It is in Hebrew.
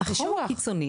קשוח.